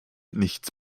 nichts